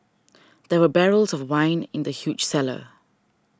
there were barrels of wine in the huge cellar